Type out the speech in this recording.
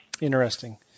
Interesting